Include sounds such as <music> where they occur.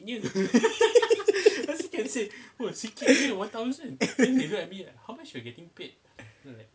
<laughs>